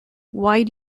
why